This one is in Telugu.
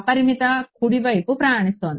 అపరిమిత కుడివైపు ప్రయాణిస్తోంది